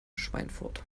schweinfurt